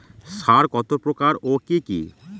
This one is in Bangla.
সার কত প্রকার ও কি কি?